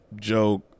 joke